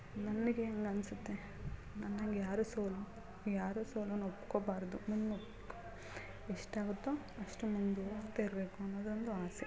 ನನಗೆ ಹೆಂಗ್ ಅನಿಸುತ್ತೆ ನನ್ನಂಗೆ ಯಾರೂ ಸೋಲು ಯಾರೂ ಸೋಲನ್ನು ಒಪ್ಕೊಬಾರದು ಮುನ್ನುಗ್ಗಿ ಎಷ್ಟು ಆಗುತ್ತೋ ಅಷ್ಟು ಮುಂದೆ ಹೋಗ್ತಾ ಇರಬೇಕು ಅನ್ನೋದೊಂದು ಆಸೆ